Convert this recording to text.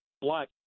black